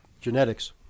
Genetics